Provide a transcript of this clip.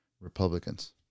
Republicans